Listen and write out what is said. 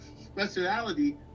speciality